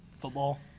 Football